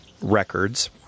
records